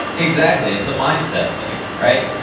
exactly. it's a mindset thing. right?